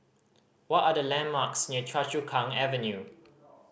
what are the landmarks near Choa Chu Kang Avenue